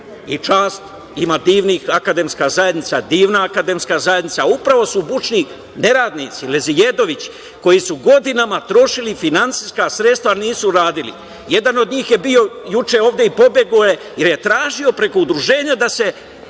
i čast… Ima divnih, divna akademska zajednica i upravo su bučni neradnici, lezijedovići koji su godinama trošili finansijska sredstva, a nisu radili. Jedan od njih je juče bio ovde i pobegao je, jer je tražio preko udruženja da se